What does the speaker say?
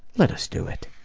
let us do it.